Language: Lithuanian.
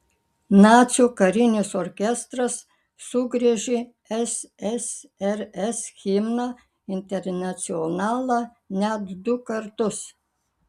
nacių karinis orkestras sugriežė ssrs himną internacionalą net du kartus